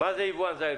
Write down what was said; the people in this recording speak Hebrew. מה זה יבואן זעיר?